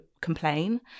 complain